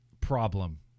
problem